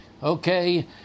Okay